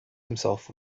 himself